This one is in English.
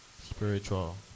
Spiritual